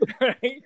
Right